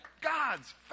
God's